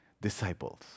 disciples